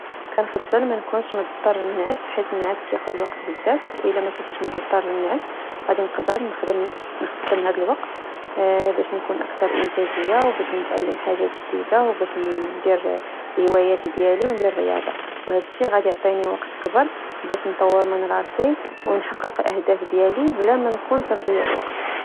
كنفضل مانكونش مضطر ننعس حيت نعاس كياخد الوقت بزاف والى ماكنتش مضطر ننعس غادي نقدر نخدم نخدم هاد الوقت باش نكون اكثر انتاجية وباش نتعلم حاجه جديده وباش ندير هواياتي وندير رياضه وهادشي غادي يعطيني وقت كبير باش نطور من راسي ونحقق اهداف ديالي بلا ما نكون كضيع الوقت